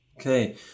okay